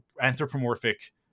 anthropomorphic